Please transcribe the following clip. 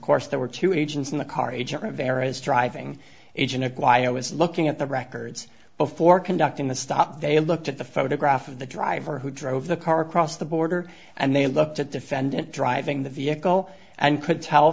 course there were two agents in the car agent rivera is driving a generic why i was looking at the records before conducting the stop they looked at the photograph of the driver who drove the car across the border and they looked at defendant driving the vehicle and could tell